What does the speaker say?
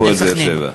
ל"הפועל באר-שבע".